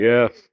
Yes